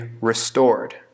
restored